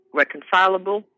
reconcilable